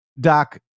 doc